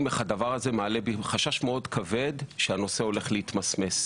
איך הדבר הזה מעלה חשש מאוד כבד שהנושא הולך להתמסמס.